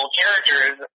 characters